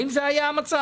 האם זה היה המצב?